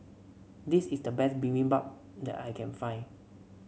this is the best Bibimbap that I can find